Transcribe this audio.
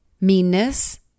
meanness